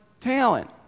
talent